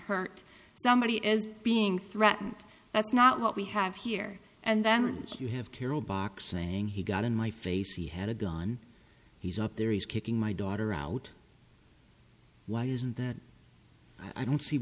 hurt somebody is being threatened that's not what we have here and then once you have carol box saying he got in my face he had a gun he's up there he's kicking my daughter out why isn't that i don't see